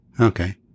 Okay